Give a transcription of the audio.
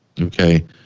okay